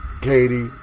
Katie